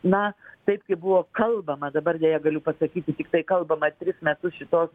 na taip kaip buvo kalbama dabar deja galiu pasakyti tiktai kalbama tris metus šitos